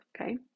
Okay